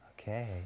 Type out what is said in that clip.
okay